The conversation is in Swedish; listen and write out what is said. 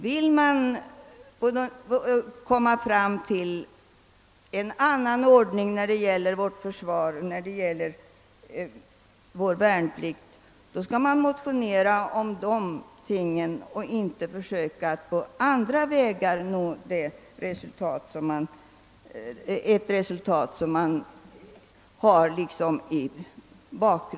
Vill man få till stånd en annan ordning när det gäller vårt försvar och vår värnplikt skall man motionera i dessa frågor och inte försöka att nå resultat på bakvägar.